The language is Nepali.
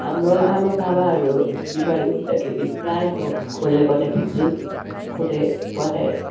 हाम्रो आमा बाबाहरू बिमारी हुँदाखेरि प्राय म खोले बनाइदिन्छु खोले बनाइ